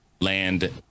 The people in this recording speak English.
land